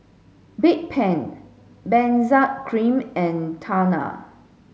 Bedpan Benzac cream and Tena